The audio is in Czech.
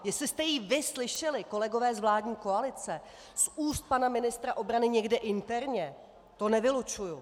Jestli jste ji vy slyšeli, kolegové z vládní koalice, z úst pana ministra obrany někde interně, to nevylučuji.